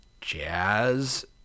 jazz